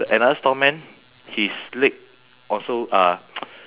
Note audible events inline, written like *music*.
another storeman his leg also uh *noise*